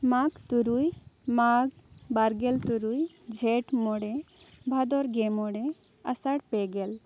ᱢᱟᱜᱽ ᱛᱩᱨᱩᱭ ᱢᱟᱜᱽ ᱵᱟᱨᱜᱮᱞ ᱛᱩᱨᱩᱭ ᱡᱷᱮᱸᱴ ᱢᱚᱬᱮ ᱵᱷᱟᱫᱚᱨ ᱜᱮ ᱢᱚᱬᱮ ᱟᱥᱟᱲ ᱯᱮᱜᱮᱞ